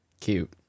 Cute